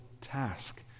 task